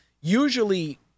Usually